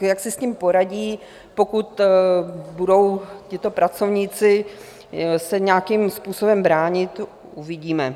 Jak si s tím poradí, pokud budou tito pracovníci se nějakým způsobem bránit, to uvidíme.